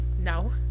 No